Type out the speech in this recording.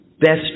best